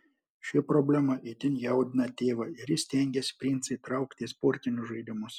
ši problema itin jaudina tėvą ir jis stengiasi princą įtraukti į sportinius žaidimus